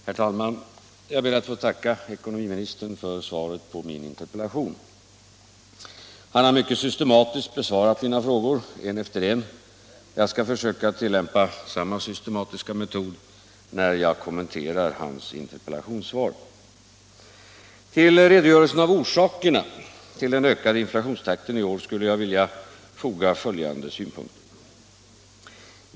Herr talman! Jag ber att få tacka ekonomiministern för svaret på min interpellation. Han har mycket systematiskt besvarat mina frågor, en efter en. Jag skall försöka tillämpa samma systematiska metod när jag kommenterar hans interpellationssvar. Till redogörelsen för orsakerna till den ökade inflationstakten i år skulle jag vilja foga följande synpunkter.